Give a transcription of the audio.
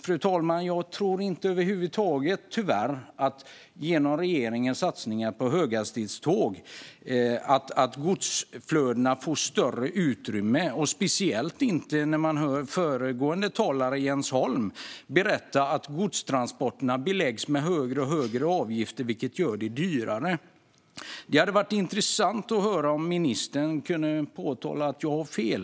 Fru talman! Jag tror tyvärr inte att regeringens satsningar på höghastighetståg kommer att leda till att godsflödena får större utrymme, speciellt inte när en av de föregående talarna, Jens Holm, kunde berätta att godstransporterna beläggs med högre och högre avgifter, vilket gör dem dyrare. Det skulle vara intressant om ministern kunde visa att jag har fel.